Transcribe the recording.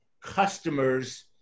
customers